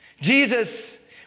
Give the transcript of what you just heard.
Jesus